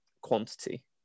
quantity